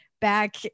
back